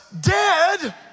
dead